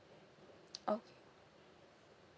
okay